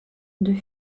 deux